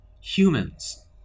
Humans